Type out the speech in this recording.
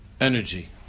energy